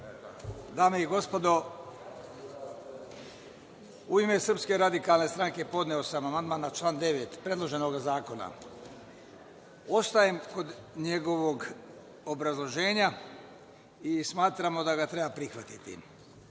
Dame i gospodo, u ime SRS podneo sam amandman na član 9. predloženog zakona. Ostajem kod njegovog obrazloženja i smatramo da ga treba prihvatiti. Kada